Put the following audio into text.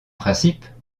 principes